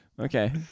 Okay